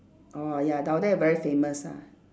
orh ya down there very famous ah